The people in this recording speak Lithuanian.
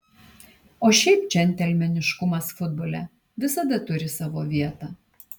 o šiaip džentelmeniškumas futbole visada turi savo vietą